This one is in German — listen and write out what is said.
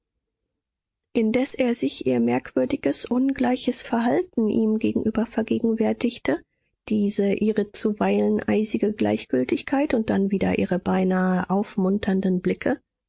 indes er sich ihr merkwürdiges ungleiches verhalten ihm gegenüber vergegenwärtigte diese ihre zuweilen eisige gleichgültigkeit und dann wieder ihre beinahe aufmunternden blicke